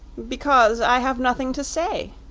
because i have nothing to say,